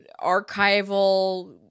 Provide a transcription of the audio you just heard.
archival